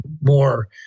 more